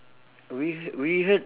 we h~ we heard